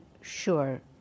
sure